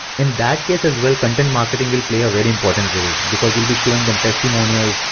in that case as well, content marketing will play a very important role, because you'll be showing them testimonials,